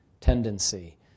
tendency